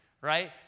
right